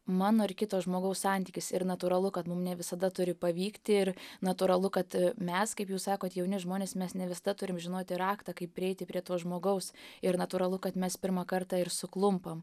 mano ir kito žmogaus santykis ir natūralu kad mum ne visada turi pavykti ir natūralu kad mes kaip jūs sakot jauni žmonės mes ne visada turim žinoti raktą kaip prieiti prie to žmogaus ir natūralu kad mes pirmą kartą ir suklumpam